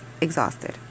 exhausted